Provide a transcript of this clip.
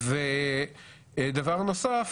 דבר נוסף,